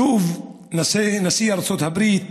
שוב נשיא ארצות הברית